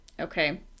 okay